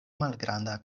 malgranda